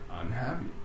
unhappy